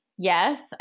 Yes